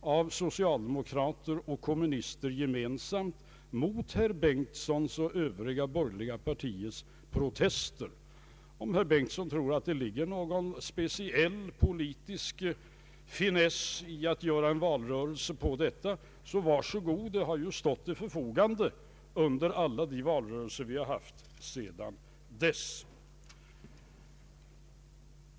av socialdemokraterna och kommunisterna gemensamt mot herr Bengtsons och övriga borgerliga partiers protester. Om herr Bengtson tror att det ligger någon speciell politisk finess i att göra en valrörelse på detta, så var så god: det har stått till förfogande under alla de valrörelser vi haft sedan dess.